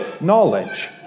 knowledge